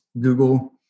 Google